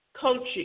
coaching